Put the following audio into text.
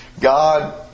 God